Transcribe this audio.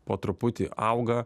po truputį auga